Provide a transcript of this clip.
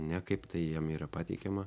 ne kaip tai jiem yra pateikiama